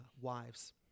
wives